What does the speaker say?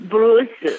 Bruce